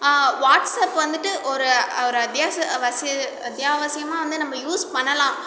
WhatsApp வந்துவிட்டு ஒரு ஒரு அத்தியாச வசிய அத்தியாவசியமாக வந்து நம்ம யூஸ் பண்ணலாம்